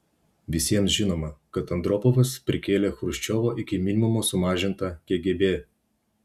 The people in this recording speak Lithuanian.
visiems žinoma kad andropovas prikėlė chruščiovo iki minimumo sumažintą kgb